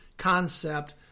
Concept